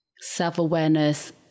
self-awareness